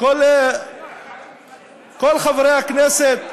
כל חברי הכנסת,